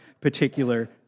particular